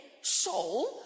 soul